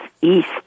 east